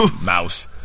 mouse